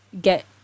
get